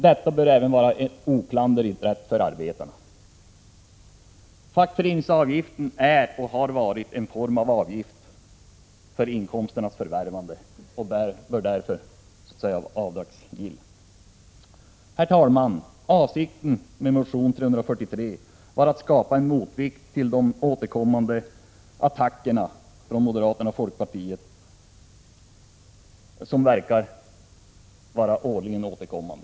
Det bör vara en oklanderlig rätt även för arbetarna. Fackföreningsavgiften är och har varit en form av utgift för inkomstens förvärvande och bör därför vara avdragsgill. Herr talman! Avsikten med motion Sk343 var att skapa en motvikt till moderaternas och folkpartiets attacker, som verkar vara årligen återkommande.